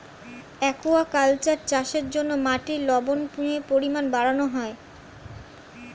aquaculture চাষের জন্য মাটির লবণের পরিমাণ বাড়ানো হয়